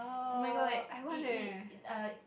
oh-my-god it it err